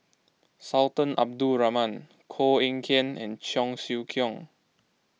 Sultan Abdul Rahman Koh Eng Kian and Cheong Siew Keong